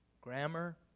grammar